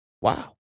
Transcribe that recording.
Wow